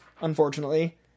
unfortunately